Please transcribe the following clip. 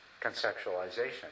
conceptualization